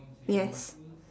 yes